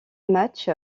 match